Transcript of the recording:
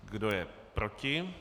Kdo je proti?